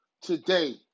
Today